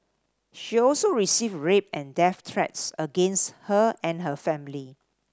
she also received rape and death threats against her and her family